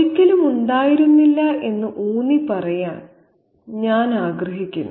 ഒരിക്കലും ഉണ്ടായിരുന്നില്ല എന്ന് ഊന്നിപ്പറയാൻ ഞാൻ ആഗ്രഹിക്കുന്നു